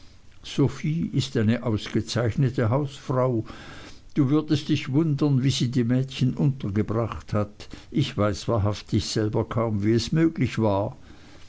sophie ist eine ausgezeichnete hausfrau du würdest dich wundern wie sie die mädchen untergebracht hat ich weiß wahrhaftig selber kaum wie es möglich war